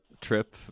trip